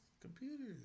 Computers